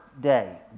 day